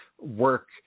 work